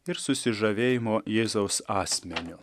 ir susižavėjimo jėzaus asmeniu